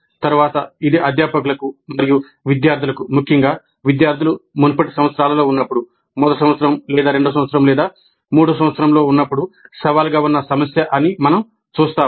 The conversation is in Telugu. తరువాత ఇది అధ్యాపకులకు మరియు విద్యార్థులకు ముఖ్యంగా విద్యార్థులు మునుపటి సంవత్సరాల్లో ఉన్నప్పుడు మొదటి సంవత్సరం లేదా రెండవ సంవత్సరం లేదా మూడవ సంవత్సరం లో ఉన్నప్పుడు సవాలుగా ఉన్న సమస్య అని మనం చూస్తాము